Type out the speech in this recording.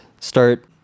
start